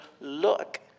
look